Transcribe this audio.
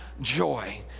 joy